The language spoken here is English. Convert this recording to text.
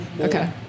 Okay